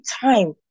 time